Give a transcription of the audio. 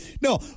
No